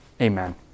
Amen